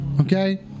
Okay